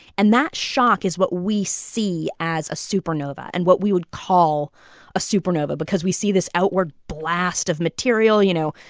and that shock is what we see as a supernova and what we would call a supernova because we see this outward blast of material, you know,